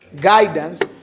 guidance